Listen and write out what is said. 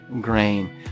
grain